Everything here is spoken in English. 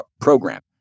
program